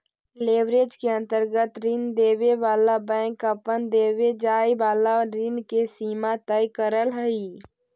leverage के अंतर्गत ऋण देवे वाला बैंक अपन देवे जाए वाला ऋण के सीमा तय करऽ हई